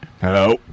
Hello